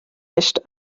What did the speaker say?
nicht